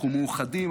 אנחנו מאוחדים,